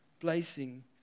Placing